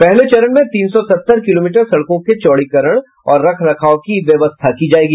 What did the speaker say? पहले चरण में तीन सौ सत्तर किलोमीटर सड़कों के चौड़ीकरण और रख रखाव की व्यवस्था की जायेगी